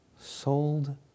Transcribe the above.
sold